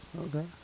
Okay